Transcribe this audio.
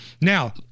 now